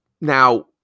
now